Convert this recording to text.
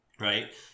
Right